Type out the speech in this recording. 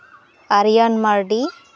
Aryan Mardi